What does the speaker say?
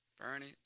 Bernie